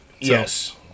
Yes